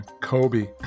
Kobe